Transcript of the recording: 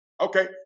Okay